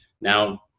now